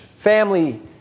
Family